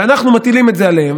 ואנחנו מטילים את זה עליהם,